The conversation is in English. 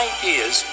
Ideas